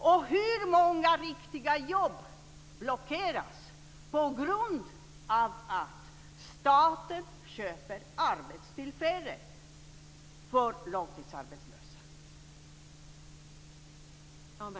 Och hur många viktiga jobb blockeras på grund av att staten köper arbetstillfällen för långtidsarbetslösa?